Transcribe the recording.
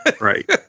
Right